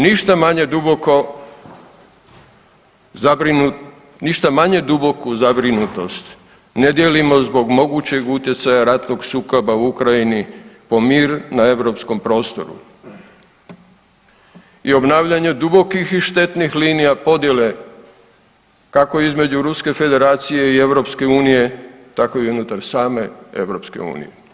Ništa manje duboko zabrinut, ništa manje duboku zabrinutost ne dijelimo zbog mogućeg utjecaja ratnog sukoba u Ukrajini po mir na europskom prostoru i obnavljanju dubokih i štetnih linija podjele, kako između Ruske Federacije i EU, tako i unutar same EU.